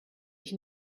ich